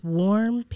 warm